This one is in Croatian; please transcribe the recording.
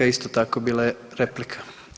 Isto tako bila je replika.